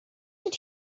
did